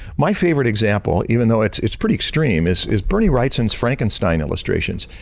my favorite example, even though it's it's pretty extreme, is is bernie wrightson frankenstein illustrations.